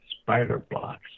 Spider-blocks